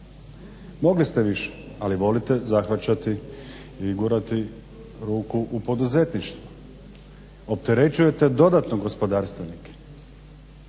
Mogli ste više, ali volite zahvaćati i gurati ruku u poduzetništvo. Opterećujete dodatno gospodarstvenike.